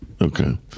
Okay